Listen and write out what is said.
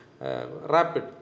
Rapid